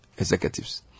executives